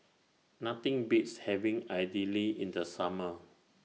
Nothing Beats having Idili in The Summer